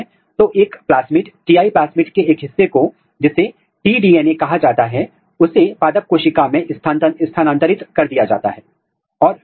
हम मूल रूप से वांछित प्रमोटर लेते हैं और फिर हम जीन को भी लेते हैं लेकिन हम कुछ रिपोर्टरों के साथ इस जीन को फ्यूज करते हैं